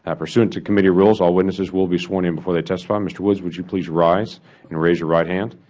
and pursuant to committee rules, all witnesses will be sworn in before they testify. mr. woods, would you please rise and raise your right hand?